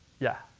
yeah,